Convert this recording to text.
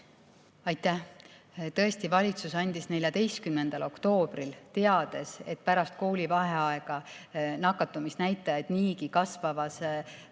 Aitäh! Tõesti, valitsus andis 14. oktoobril, teades, et pärast koolivaheaega nakatumisnäitajad niigi kasvavate